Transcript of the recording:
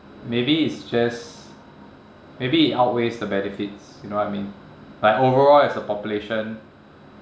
maybe it's just maybe it outweighs the benefits you know what I mean like overall as a population